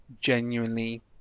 genuinely